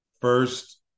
first